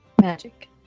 Magic